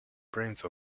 prince